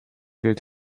gilt